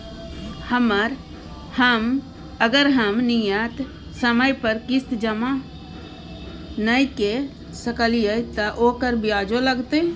अगर हम नियत समय पर किस्त जमा नय के सकलिए त ओकर ब्याजो लगतै?